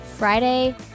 Friday